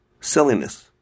silliness